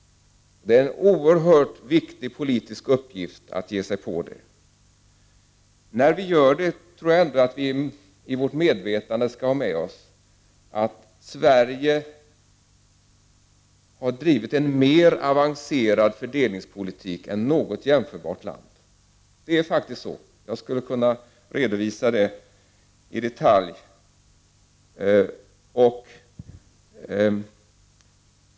Det är en oerhört viktig politisk uppgift att ge sig på dessa. När vi gör det, tror jag ändå att vi i vårt medvetande skall ha med oss att Sverige har drivit en mer avancerad fördelningspolitik än något jämförbart land. Det är faktiskt så — jag skulle kunna redovisa det i detalj.